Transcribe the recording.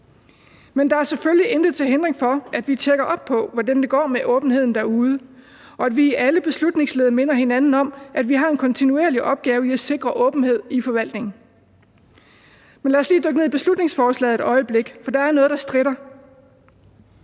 Men der er selvfølgelig intet til hinder for, at vi tjekker op på, hvordan det går med åbenheden derude, og at vi i alle beslutningsled minder hinanden om, at vi har en kontinuerlig opgave i at sikre åbenhed i forvaltningen. Men lad os lige dykke ned i beslutningsforslaget et øjeblik, for der er noget, der stritter